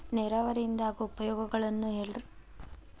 ನೇರಾವರಿಯಿಂದ ಆಗೋ ಉಪಯೋಗಗಳನ್ನು ಹೇಳ್ರಿ